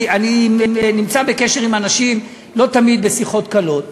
אני נמצא בקשר עם אנשים, לא תמיד בשיחות קלות,